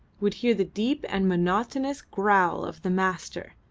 would hear the deep and monotonous growl of the master,